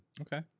Okay